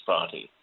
Party